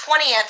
20th